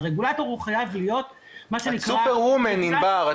הרגולטור חייב להיות מה שנקרא --- את סופר וומן ענבר,